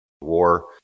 War